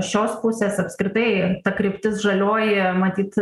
šios pusės apskritai ta kryptis žalioji matyt